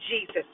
Jesus